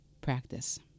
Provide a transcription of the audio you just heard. practice